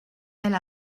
elle